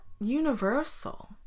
universal